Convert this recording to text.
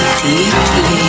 deeply